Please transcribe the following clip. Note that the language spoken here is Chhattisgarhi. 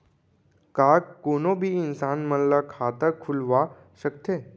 का कोनो भी इंसान मन ला खाता खुलवा सकथे?